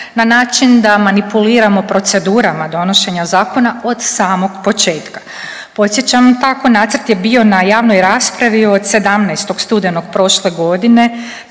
na način da manipuliramo procedurama donošenja zakona od samog početka. Podsjećam tako nacrt je bio na javnoj raspravi od 17. studenog prošle godine